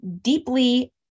deeply